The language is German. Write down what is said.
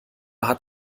hat